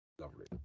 Lovely